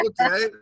okay